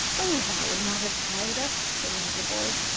oh, that would not have tired us, said one of the boys,